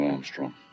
Armstrong